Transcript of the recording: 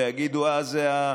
ויגידו: אה,